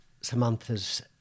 Samantha's